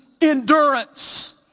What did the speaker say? endurance